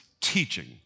teaching